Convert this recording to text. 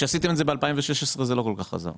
כשעשיתם את זה ב-2016 זה לא כל כך עזר.